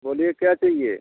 बोलिए क्या चाहिए